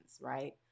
right